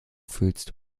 fühlst